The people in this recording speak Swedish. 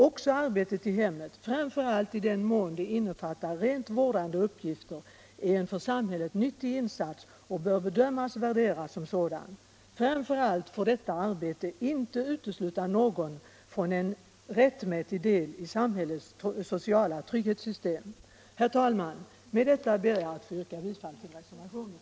Också arbetet i hemmet, framför allt i den mån det innefattar rent vårdande uppgifter, är en för samhället nyttig insats och bör bedömas och värderas som sådan. Framför allt får detta arbete inte utesluta någon från en rättmätig del i samhällets sociala trygghetssystem. Herr talman! Med det anförda ber jag att få yrka bifall till reservationen.